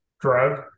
drug